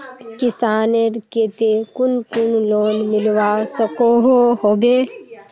किसानेर केते कुन कुन लोन मिलवा सकोहो होबे?